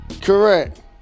Correct